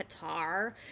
Qatar